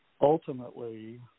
ultimately